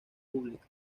pública